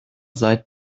seit